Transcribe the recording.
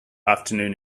afternoon